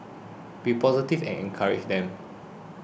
be positive and encourage them